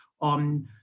on